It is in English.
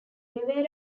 rivera